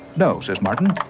no, says martin,